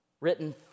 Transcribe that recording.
written